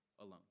alone